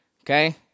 Okay